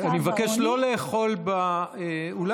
אני מבקש לא לאכול באולם.